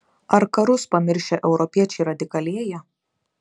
ar karus pamiršę europiečiai radikalėja